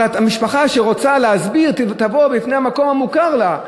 אבל המשפחה שרוצה להסביר תבוא בפני המקום המוכר לה,